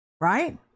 right